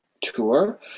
tour